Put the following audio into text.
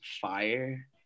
fire